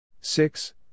Six